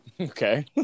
Okay